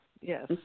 Yes